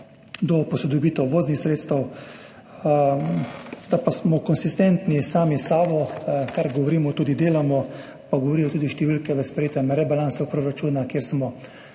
do posodobitev voznih sredstev. Da smo konsistentni sami s sabo, kar govorimo, tudi delamo, pa govorijo tudi številke v sprejetem rebalansu proračuna, kjer smo